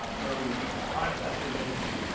um where we honor leslie whittington.